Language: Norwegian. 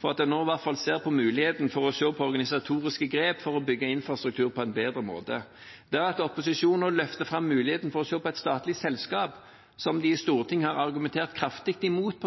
for at de nå i hvert fall ser på muligheten til å se på organisatoriske grep, for å bygge infrastruktur på en bedre måte. Det at opposisjonen nå løfter fram muligheten til å se på et statlig selskap på veisiden, som de i Stortinget har argumentert kraftig imot,